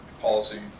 policy